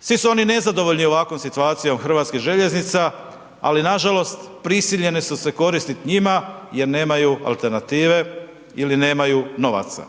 svi su oni nezadovoljni ovakvom situacijom HŽ-a, ali nažalost prisiljeni su se koristiti njima jer nemaju alternative ili nemaju novaca.